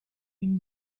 une